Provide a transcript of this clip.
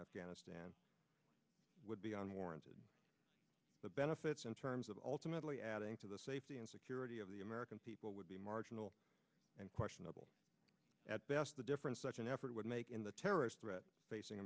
afghanistan would be unwarranted the benefits in terms of ultimately adding to the safety and security of the american people would be marginal and quite at best the difference such an effort would make in the terrorist threat facing